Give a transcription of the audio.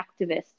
activist